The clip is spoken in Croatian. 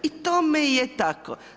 I tome je tako.